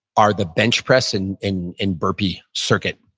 are the bench press and and and burpee circuit.